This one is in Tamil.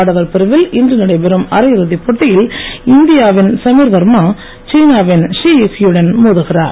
ஆடவர் பிரிவில் இன்று நடைபெறும் அரையிறுதிப் போட்டியில் இந்தியா வின் சமீர் வர்மா சீனா வின் ஷி யுக்கி யுடன் மோதுகிறார்